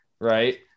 right